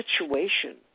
situation